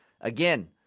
Again